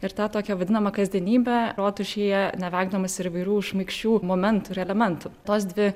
ir tą tokią vadinamą kasdienybę rotušėje nevengdamas ir įvairių šmaikščių momentų ir elementų tos dvi